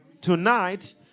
tonight